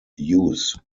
use